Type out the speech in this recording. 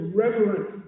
reverent